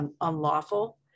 unlawful